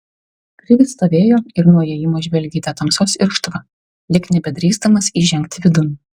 krivis stovėjo ir nuo įėjimo žvelgė į tą tamsos irštvą lyg nebedrįsdamas įžengti vidun